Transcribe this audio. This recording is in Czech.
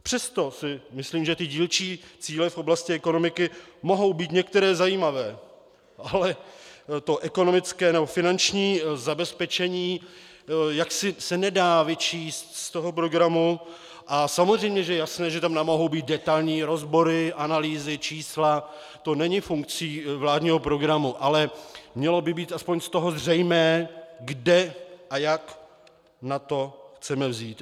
Přesto si myslím, že dílčí cíle v oblasti ekonomiky mohou být některé zajímavé, ale to ekonomické nebo finanční zabezpečení jaksi se nedá vyčíst z programu a samozřejmě že je jasné, že tam nemohou být detailní rozbory, analýzy, čísla; to není funkcí vládního programu, ale mělo by být aspoň z toho zřejmé, kde a jak na to chceme vzít.